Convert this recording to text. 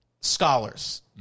scholars